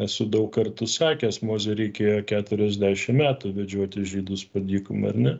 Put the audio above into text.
esu daug kartų sakęs mozei reikėjo keturiasdešim metų vedžioti žydus po dykumą ar ne